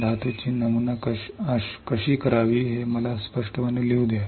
धातूची नमुना कशी करावी हे मी स्पष्टपणे धातू लिहत आहे